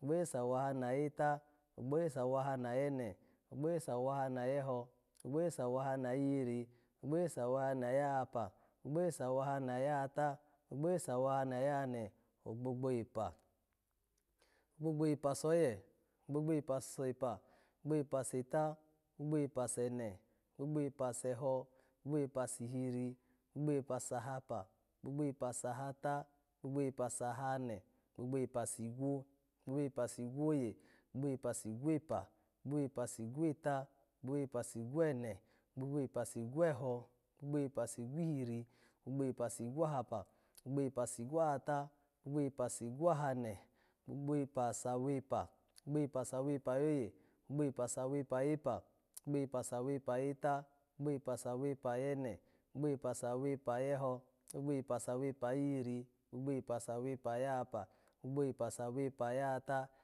gbogbo oye sawahane ayeta, gbogbo oye sawahane ayene, gbogbo oye sawahane ayeho, gbogbo oye sawahane ayihiri, gbogbo oye sawahane ayahapa, gbogbo oye sawahane ayahata, gbogbo oye sawahane ayahane, ogbogbo epa, ogbogbo epa soye, gbogbo epa sepa, gbogbo epa seta, gbogbo epa sene, gbogbo epa seho, gbogbo epa sihiri, gbogbo epa sahapa, gbogbo epa sahata, gbogbo epa sahane, gbogbo epa sigwo, gbogbo epa sigwoye, gbogbo epa sigwepa, gbogbo epa sigweta, gbogbo epa sigwene, gbogbo epa sigweho, gbogbo epa sigwihiri, gbogbo epa sigwahapa, gbogbo epa sigwahata, gbogbo epa sigwahane, gbogbo epa sawepa, gbogbo epa sawepa ayoye, gbogbo epa sawepa ayepa, gbogbo epa sawepa ayeta, gbogbo epa sawepa ayene, gbogbo epa sawepa ayeho, gbogbo epa sawepa ayihiri, gbogbo epa sawepa ayahapa, gbogbo epa sawepa ayahata